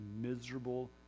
miserable